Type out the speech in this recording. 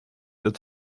dat